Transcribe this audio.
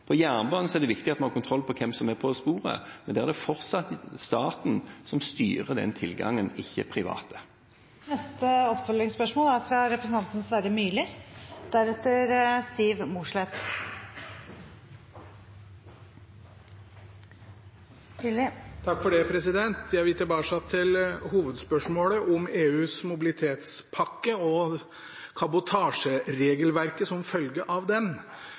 På jernbanen er det viktig å ha kontroll på hvem som er på sporet. Men der er det fortsatt staten som styrer den tilgangen, ikke private. Sverre Myrli – til oppfølgingsspørsmål. Jeg vil tilbake til hovedspørsmålet, om EUs mobilitetspakke og kabotasjeregelverket som følge av den,